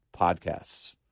podcasts